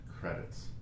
Credits